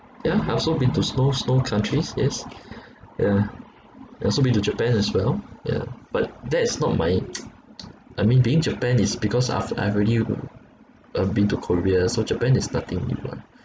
yeah I've also been to snow snow countries yes yeah I've also been to japan as well yeah but that's not my I mean being japan is because af~ I've already uh been to korea so japan is nothing new lah